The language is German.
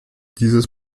dieses